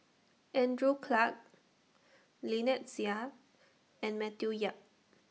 Andrew Clarke Lynnette Seah and Matthew Yap